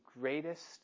greatest